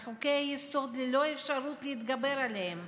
על חוקי-היסוד ללא אפשרות להתגבר עליהם.